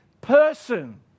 person